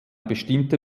bestimmte